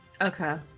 Okay